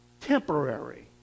Temporary